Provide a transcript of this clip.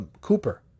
Cooper